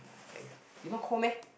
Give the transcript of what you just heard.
thanks you not cold meh